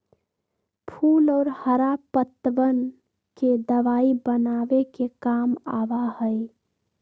फूल और हरा पत्तवन के दवाई बनावे के काम आवा हई